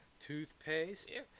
Toothpaste